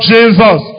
Jesus